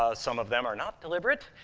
ah some of them are not deliberate,